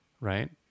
right